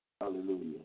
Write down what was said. Hallelujah